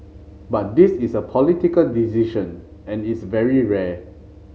but this is a political decision and it's very rare